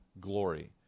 glory